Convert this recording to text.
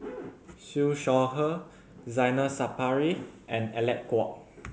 Siew Shaw Her Zainal Sapari and Alec Kuok